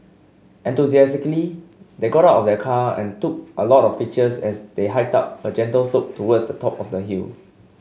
enthusiastically they got of the car and took a lot of pictures as they hiked up a gentle slope towards the top of the hill